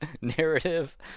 narrative